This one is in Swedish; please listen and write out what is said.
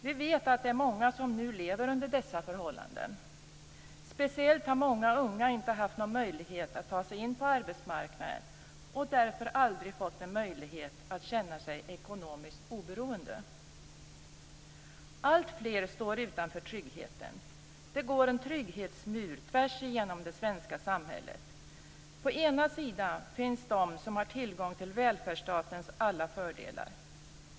Vi vet att det är många som nu lever under dessa förhållanden. Speciellt har många unga inte haft någon möjlighet att ta sig in på arbetsmarknaden och har därför aldrig fått en möjlighet att känna sig ekonomiskt oberoende. Alltfler står utanför tryggheten. Det går en trygghetsmur tvärsigenom det svenska samhället. På ena sidan finns de som har tillgång till välfärdsstatens alla fördelar.